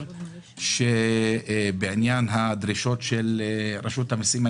בליאק בעניין הדרישות של רשות המסים.